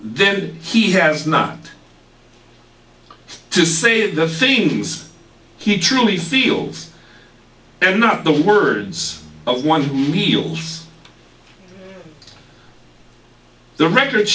then he has not to say the things he truly feels and not the words of one who wields the record